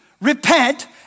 repent